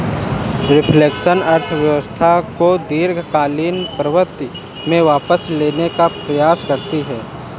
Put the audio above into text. reflection अर्थव्यवस्था को दीर्घकालिक प्रवृत्ति में वापस लाने का प्रयास करता है